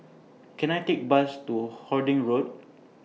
Can I Take Bus to Harding Road